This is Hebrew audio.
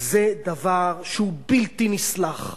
זה דבר שהוא בלתי נסלח.